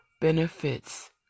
benefits